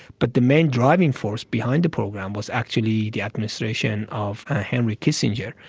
but the main driving force behind the program was actually the administration of henry kissinger,